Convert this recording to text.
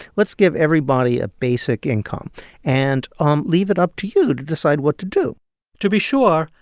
let's give everybody a basic income and um leave it up to you to decide what to do to be sure,